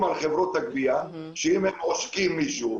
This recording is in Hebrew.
על חברות הגבייה שאם הן עושקות מישהו,